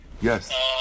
yes